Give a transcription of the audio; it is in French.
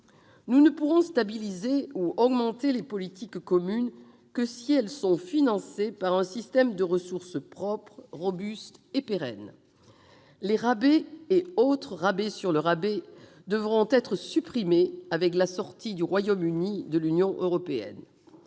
Nous ne pourrons stabiliser ou augmenter les politiques communes que si elles sont financées par un système de ressources propres robuste et pérenne. Les rabais et autres « rabais sur le rabais » devront être supprimés avec la sortie du Royaume-Uni de l'Union européenne.